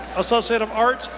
associate of arts,